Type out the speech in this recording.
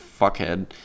fuckhead